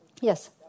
Yes